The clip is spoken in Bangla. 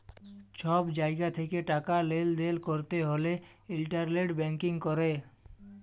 ছব জায়গা থ্যাকে টাকা লেলদেল ক্যরতে হ্যলে ইলটারলেট ব্যাংকিং ক্যরে